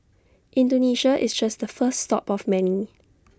Indonesia is just the first stop of many